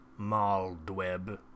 Maldweb